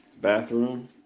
bathroom